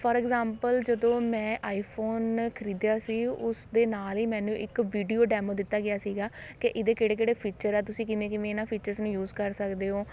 four example ਜਦੋਂ ਮੈਂ iPhone ਖਰੀਦਿਆ ਸੀ ਉਸ ਦੇ ਨਾਲ ਹੀ ਮੈਨੂੰ ਇੱਕ ਵੀਡੀਓ ਡੈਮੋ ਦਿੱਤਾ ਗਿਆ ਸੀਗਾ ਕਿ ਇਹਦੇ ਕਿਹੜੇ ਕਿਹੜੇ ਫੀਚਰ ਆ ਤੁਸੀਂ ਕਿਵੇਂ ਕਿਵੇਂ ਇਹਨਾਂ ਫੀਚਰਸ ਨੂੰ ਯੂਜ਼ ਕਰ ਸਕਦੇ ਹੋ